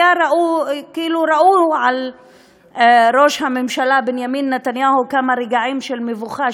וכאילו ראו על ראש הממשלה בנימין נתניהו כמה רגעים של מבוכה,